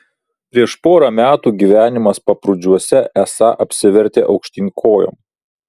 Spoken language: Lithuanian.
prieš porą metų gyvenimas paprūdžiuose esą apsivertė aukštyn kojom